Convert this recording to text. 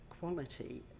quality